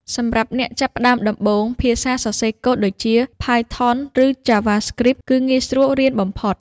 សម្រាប់អ្នកចាប់ផ្តើមដំបូង ភាសាសរសេរកូដដូចជា Python ឬ JavaScript គឺងាយស្រួលរៀនបំផុត។